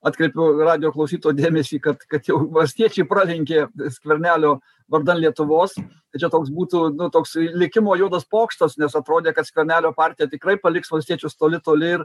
atkreipiu radijo klausytojų dėmesį kad kad jau valstiečiai pralenkė skvernelio vardan lietuvos tai čia toks būtų nu toksai likimo juodas pokštas nes atrodė kad skvernelio partija tikrai paliks valstiečius toli toli ir